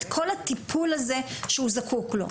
את כל הטיפול הזה שהוא זקוק לו,